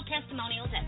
testimonials